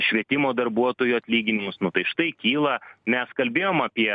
švietimo darbuotojų atlyginimus nu tai štai kyla mes kalbėjom apie